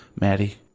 Maddie